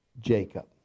Jacob